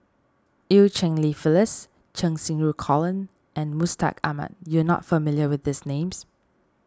Eu Cheng Li Phyllis Cheng Xinru Colin and Mustaq Ahmad you are not familiar with these names